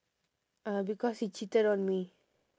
uh because he cheated on me